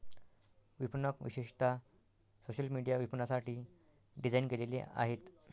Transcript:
विपणक विशेषतः social media विपणनासाठी डिझाइन केलेले आहेत